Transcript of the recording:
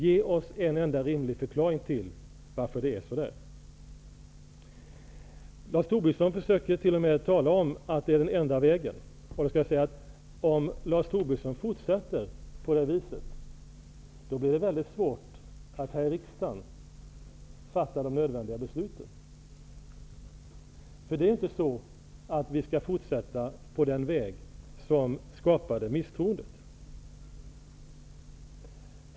Ge oss en enda rimlig förklaring till varför det är så! Lars Tobisson försökte t.o.m. hävda att detta är den enda vägen. Om Lars Tobisson fortsätter på det viset blir det svårt att här i riksdagen fatta de nödvändiga besluten. Vi skall inte fortsätta på den väg som skapade misstroendet.